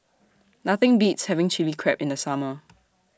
Nothing Beats having Chilli Crab in The Summer